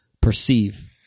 perceive